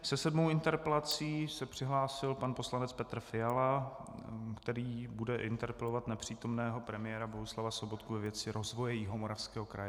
Se sedmou interpelací se přihlásil pan poslanec Petr Fiala, který bude interpelovat nepřítomného premiéra Bohuslava Sobotku ve věci rozvoje Jihomoravského kraje.